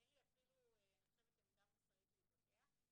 אין לי אפילו עמדה מוסרית להתווכח.